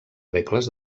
regles